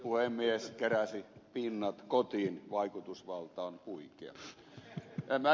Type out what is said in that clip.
puhemies keräsi pinnat kotiin vaikutusvalta on huikea